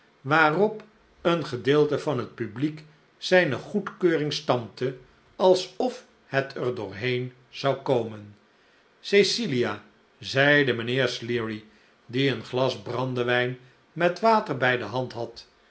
waarop een gedeelte van het publiek zijne goedkeuring stampte alsof het er doorheen zou komen cecilia zeide mijnheer sleary die een glas brandewijn met water bij de hand had